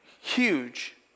huge